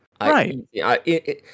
Right